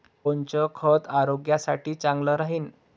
कोनचं खत आरोग्यासाठी चांगलं राहीन?